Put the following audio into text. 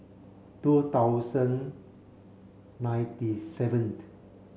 two thousand ninety seventh